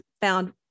found